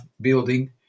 building